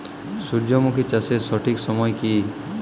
সূর্যমুখী চাষের সঠিক সময় কি?